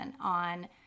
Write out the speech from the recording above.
on